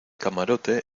camarote